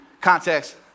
context